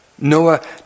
Noah